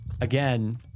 Again